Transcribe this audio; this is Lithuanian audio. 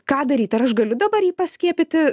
ką daryt ar aš galiu dabar jį paskiepyti